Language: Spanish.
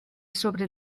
sobre